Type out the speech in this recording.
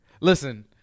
Listen